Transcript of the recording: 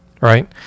right